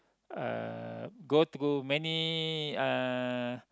uh go through many uh